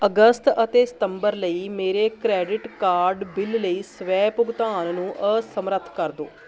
ਅਗਸਤ ਅਤੇ ਸਤੰਬਰ ਲਈ ਮੇਰੇ ਕ੍ਰੈਡਿਟ ਕਾਰਡ ਬਿੱਲ ਲਈ ਸਵੈ ਭੁਗਤਾਨ ਨੂੰ ਅਸਮਰੱਥ ਕਰ ਦਿਉ